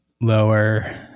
lower